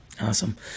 Awesome